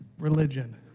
Religion